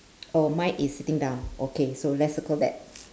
oh mine is sitting down okay so let's circle that